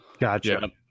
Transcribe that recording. Gotcha